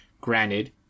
Granted